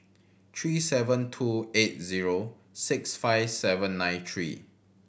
three seven two eight zero six five seven nine three